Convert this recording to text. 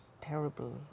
terrible